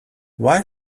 why